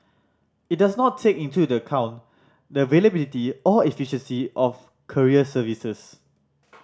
it does not take into the account the availability or efficiency of courier services